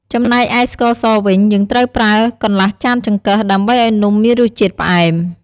ចំណែកឯ ស្ករសវិញ យើងត្រូវប្រើ កន្លះចានចង្កឹះ ដើម្បីឱ្យនំមានរសជាតិផ្អែម។